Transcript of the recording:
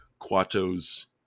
Quato's